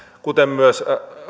kuten myös